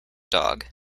dog